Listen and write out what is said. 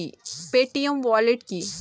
Paytm wallet কি?